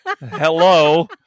Hello